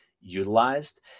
utilized